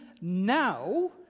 now